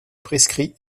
prescrit